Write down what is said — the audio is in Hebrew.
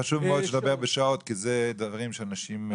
חשוב מאוד שתדבר בשעות כי אלה דברים שאנשים מבינים.